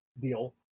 deal